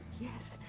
yes